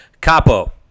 Capo